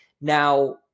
Now